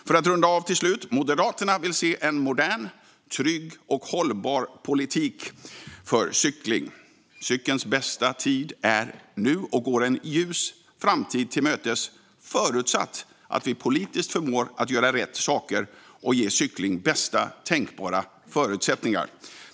För att runda av: Moderaterna vill se en modern, trygg och hållbar politik för cykling. Cykelns bästa tid är nu, och den går en ljus framtid till mötes - förutsatt att vi politiskt förmår att göra rätt saker och ge cyklingen bästa tänkbara förutsättningar.